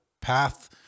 path